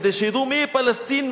כדי שידעו מיהי פלסטין,